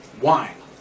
wine